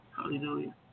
Hallelujah